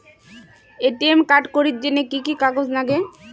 ATM card করির জন্যে কি কি কাগজ নাগে?